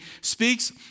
speaks